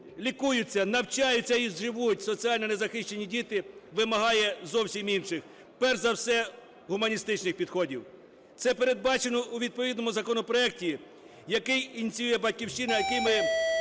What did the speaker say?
лікуються, навчаються і живуть соціально незахищені діти, вимагає зовсім інших, перш за все гуманістичних підходів. Це передбачено у відповідно законопроекті, який ініціює "Батьківщина", який ми